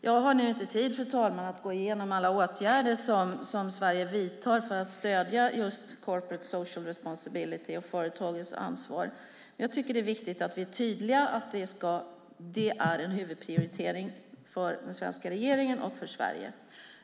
Jag har nu inte tid att gå igenom alla åtgärder som Sverige vidtar för att stödja just corporate social responsibility och företagens ansvar. Men jag tycker att det är viktigt att vi är tydliga med att detta är en huvudprioritering för den svenska regeringen och för Sverige.